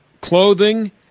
clothing